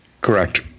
correct